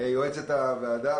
יועצת הוועדה,